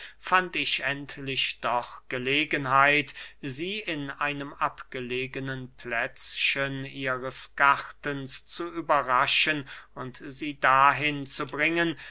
fand ich endlich doch gelegenheit sie in einem abgelegenen plätzchen ihres gartens zu überraschen und sie dahin zu bringen